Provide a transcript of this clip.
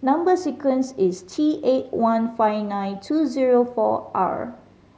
number sequence is T eight one five nine two zero four R